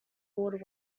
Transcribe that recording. water